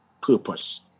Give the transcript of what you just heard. purpose